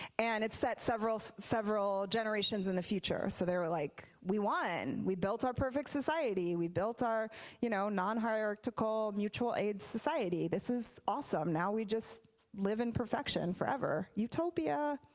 and it's set several several generations in the future. so like we won. we built our perfect society. we built our you know non-hierarchichal mutual-aid society. this is awesome. now we just live in perfection forever. utopia!